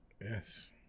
Yes